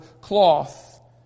cloth